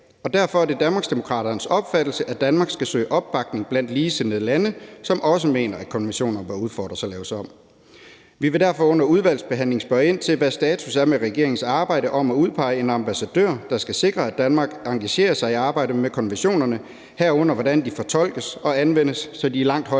og derfor er det Danmarksdemokraternes opfattelse, at Danmark skal søge opbakning blandt ligesindede lande, som også mener, at konventionerne bør udfordres og laves om. Vi vil derfor under udvalgsbehandlingen spørge ind til, hvad status er på regeringens arbejde med at udpege en ambassadør, der skal sikre, at Danmark engagerer sig i arbejdet med konventionerne, herunder hvordan de fortolkes og anvendes, så de i langt højere grad